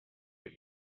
what